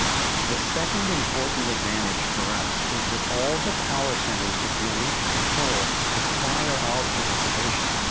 the second important advantage for us is that all the power centers that the elite control require our participation.